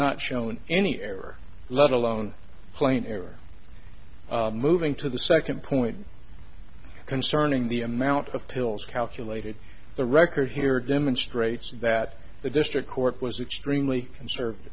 not shown any error let alone plain error moving to the second point concerning the amount of pills calculated the record here demonstrates that the district court was extremely conservative